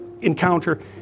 encounter